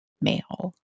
male